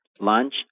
lunch